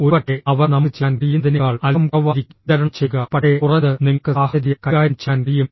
ഒരുപക്ഷേ അവർ നമുക്ക് ചെയ്യാൻ കഴിയുന്നതിനേക്കാൾ അൽപ്പം കുറവായിരിക്കും വിതരണം ചെയ്യുക പക്ഷേ കുറഞ്ഞത് നിങ്ങൾക്ക് സാഹചര്യം കൈകാര്യം ചെയ്യാൻ കഴിയും